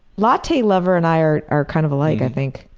latte lover and i are are kind of alike, i think.